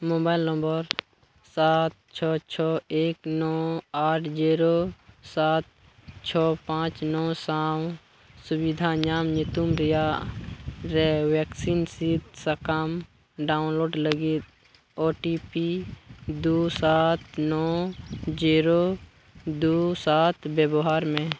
mobile number ᱥᱟᱛ ᱪᱷᱚ ᱪᱷᱚ ᱮᱠ ᱱᱚ ᱟᱴ ᱡᱤᱨᱳ ᱥᱟᱛ ᱪᱷᱚ ᱯᱟᱸᱪ ᱱᱚ ᱥᱟᱶ ᱥᱩᱵᱤᱫᱷᱟ ᱧᱟᱢ ᱧᱩᱛᱩᱢ ᱨᱮᱱᱟᱜ ᱨᱮ ᱵᱷᱮᱠᱥᱤᱱ ᱥᱤᱫᱽ ᱥᱟᱠᱟᱢ ᱰᱟᱣᱩᱱᱞᱳᱰ ᱞᱟᱹᱜᱤᱫ ᱳ ᱴᱤ ᱯᱤ ᱫᱩ ᱥᱟᱛ ᱱᱚ ᱡᱤᱨᱳ ᱫᱩ ᱥᱟᱛ ᱵᱮᱵᱚᱦᱟᱨᱢᱮ